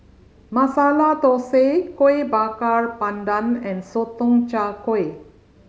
Masala Thosai Kuih Bakar Pandan and Sotong Char Kway